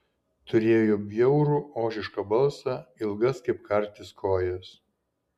turėjo bjaurų ožišką balsą ilgas kaip kartis kojas